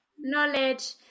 Knowledge